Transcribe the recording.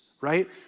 right